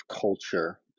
culture